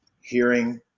hearing